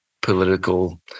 political